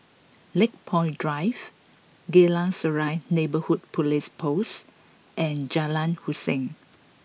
Lakepoint Drive Geylang Serai Neighbourhood Police Post and Jalan Hussein